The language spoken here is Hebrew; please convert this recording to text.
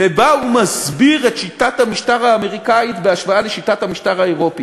ובו הוא מסביר את שיטת המשטר האמריקנית בהשוואה לשיטת המשטר האירופית.